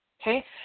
okay